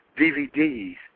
DVDs